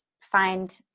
find